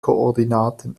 koordinaten